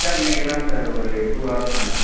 sir இன்னைக்கு தான் sir ஒரு டூ ஹௌவர்ஸ் முன்னாடி